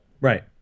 right